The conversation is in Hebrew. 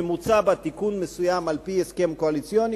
שמוצע בה תיקון מסוים על-פי ההסכם הקואליציוני.